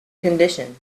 condition